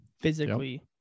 physically